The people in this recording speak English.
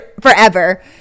forever